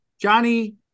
Johnny